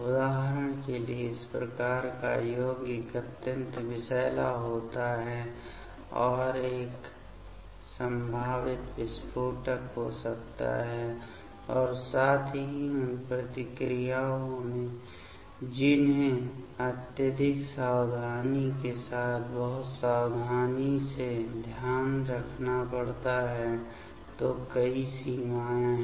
उदाहरण के लिए इस प्रकार का यौगिक अत्यंत विषैला होता है और एक संभावित विस्फोटक हो सकता है और साथ ही उन प्रतिक्रियाओं में जिन्हें अत्यधिक सावधानी के साथ बहुत सावधानी से ध्यान रखना पड़ता है तो कई सीमाएँ हैं